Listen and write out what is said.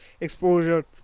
exposure